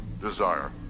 desire